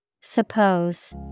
Suppose